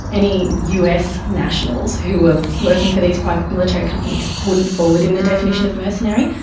any us nationals who were working for these private military companies wouldn't fall within the definition of mercenary.